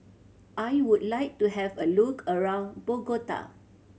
I would like to have a look around Bogota